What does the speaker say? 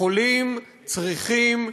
יכולים, צריכים,